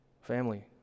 Family